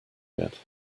yet